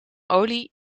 olie